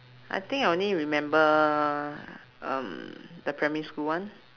I think I only remember um the primary school one